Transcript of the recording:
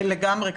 לגמרי.